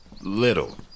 Little